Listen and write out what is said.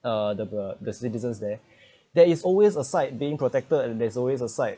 uh the the citizens there there is always a site being protected and there's always a site